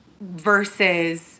versus